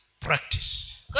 practice